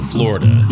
Florida